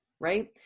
right